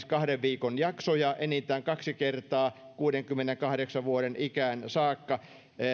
kahden viikon jaksoja enintään kaksi kertaa kuudenkymmenenkahdeksan vuoden ikään saakka